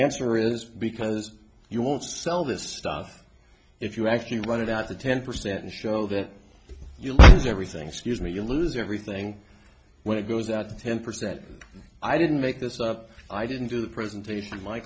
answer is because you won't sell this stuff if you actually want it out to ten percent and show that you lose everything scuse me you lose everything when it goes out to ten percent i didn't make this up i didn't do the presentation my